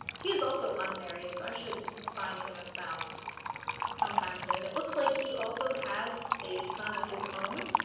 he is also unmarried so i should find him a spouse sometime soon it looks like he also has a son of his own